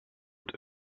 het